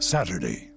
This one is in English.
Saturday